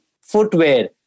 footwear